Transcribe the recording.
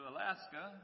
Alaska